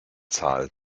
zahl